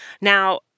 Now